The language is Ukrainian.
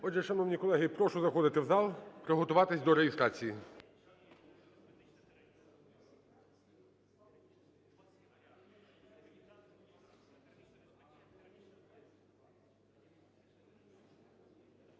Отже, шановні колеги, прошу заходити в зал, приготуватися до реєстрації.